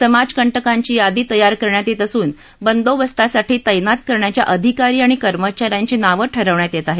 समाजकंटकांची यादी तयार करण्यात येत असून बंदोबस्तासाठी तैनात करण्याच्या अधिकारी आणि कर्मचा यांची नावं ठरवण्यात येत आहेत